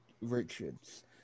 Richards